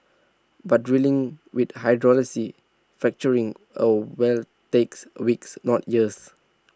but drilling with fracturing A well takes weeks not years